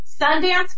Sundance